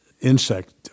insect